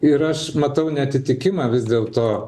ir aš matau neatitikimą vis dėlto